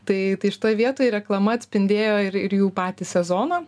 tai tai šitoj vietoj reklama atspindėjo ir ir jų patį sezoną